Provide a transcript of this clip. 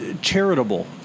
charitable